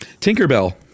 Tinkerbell